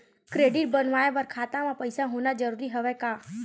Credit बनवाय बर खाता म पईसा होना जरूरी हवय का?